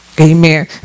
amen